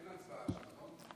אין הצבעה, נכון?